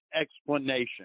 explanation